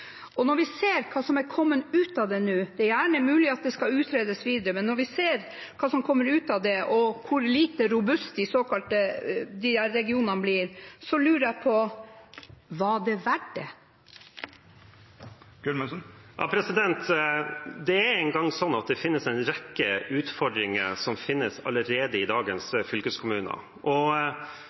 dette. Når vi ser hva som er kommet ut av dette nå – det er gjerne mulig at det skal utredes videre – og hvor lite robust disse regionene blir, lurer jeg på: Var det verdt det? Det er nå engang slik at det er en rekke utfordringer allerede i dagens fylkeskommuner. Finnmark fylkeskommune har mye å gå på når det kommer til å få flere ungdommer til å fullføre og